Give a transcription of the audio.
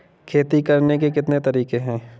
खेती करने के कितने तरीके हैं?